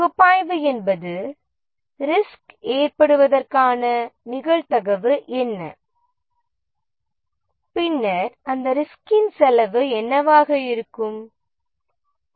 பகுப்பாய்வு என்பது ரிஸ்க் ஏற்படுவதற்கான நிகழ்தகவு என்ன பின்னர் அந்த ரிஸ்கின் செலவு என்னவாக இருக்கும் என்பதாகும்